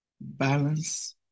balance